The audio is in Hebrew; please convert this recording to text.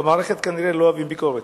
במערכת כנראה לא אוהבים ביקורת.